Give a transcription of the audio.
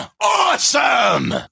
Awesome